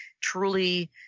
truly